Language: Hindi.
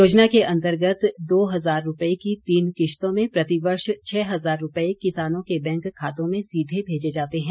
योजना के अन्तर्गत दो हजार रूपये की तीन किश्तों में प्रतिवर्ष छह हजार रूपये किसानों के बैंक खातों में सीधे भेजे जाते हैं